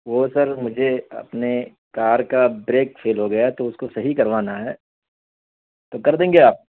وہ سر مجھے اپنے کار کا بریک فیل ہو گیا ہے تو اس کو صحیح کروانا ہے تو کر دیں گے آپ